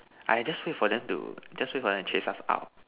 I just wait for them to just wait for them to chase us out